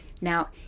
Now